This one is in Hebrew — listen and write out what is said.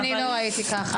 אני לא ראיתי ככה.